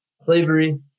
slavery